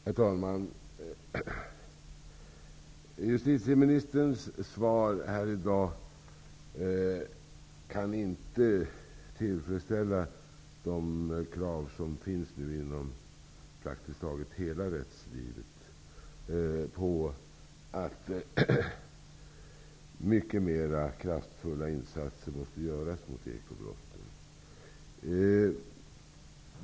Herr talman! Justitieministerns svar här i dag kan inte tillfredsställa de krav som finns inom praktiskt taget hela rättslivet om att mer kraftfulla insatser måste ske mot ekobrott.